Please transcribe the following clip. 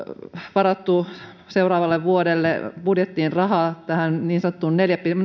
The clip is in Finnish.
varattu seuraavalle vuodelle budjettiin rahaa tähän niin sanottuun